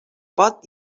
pot